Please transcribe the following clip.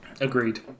Agreed